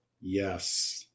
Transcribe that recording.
yes